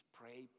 pray